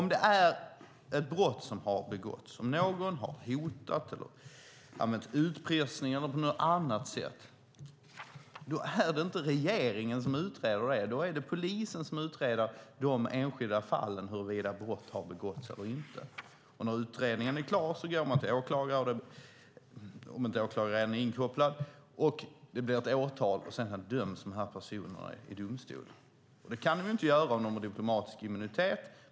Om det är ett brott som har begåtts, och om någon har hotat, använt utpressning eller något annat sätt är det inte regeringen som utreder det, utan det är polisen som utreder huruvida brott har begåtts eller inte i dessa enskilda fall. När utredningen är klar går man till åklagaren, om åklagaren inte redan är inkopplad, och det blir ett åtal, och sedan döms dessa personer i domstol. Det kan de inte göra om de har diplomatisk immunitet.